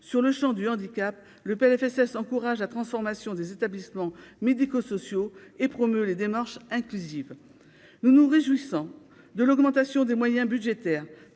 sur le Champ du handicap le PLFSS encourage à transformation des établissements médico-sociaux et promeut les démarche inclusive, nous nous réjouissons de l'augmentation des moyens budgétaires,